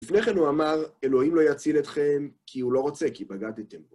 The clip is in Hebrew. לפני כן הוא אמר, אלוהים לא יציל אתכם כי הוא לא רוצה כי בגדתם בו.